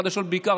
בחדשות בעיקר,